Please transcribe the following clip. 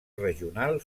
regional